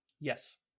Yes